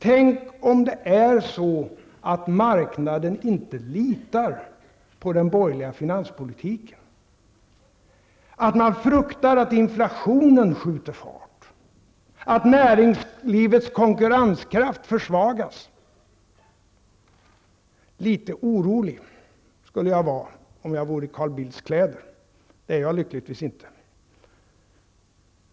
Tänk om det är så att marknaden inte litar på den borgerliga finanspolitiken! Att man fruktar att inflationen nu skjuter fart! Att näringslivets konkurrenskraft försvagas! Litet orolig skulle jag vara, om jag vore i Carl Bildts kläder. Det är jag lyckligtvis inte.